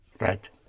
Right